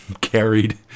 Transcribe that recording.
carried